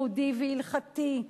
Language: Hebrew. יהודי והלכתי,